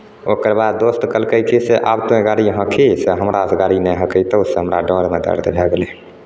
ओकरबाद दोस्त कहलकै की से आब तोहेँ गाड़ी हँकही से हमरासँ गाड़ी नहि हँकयतौ से हमरा डाँरमे दर्द भए गेलै